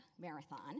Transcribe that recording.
marathon